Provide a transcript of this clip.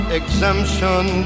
exemption